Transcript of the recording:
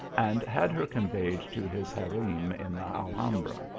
and had her conveyed to his harem in the alhambra.